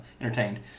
entertained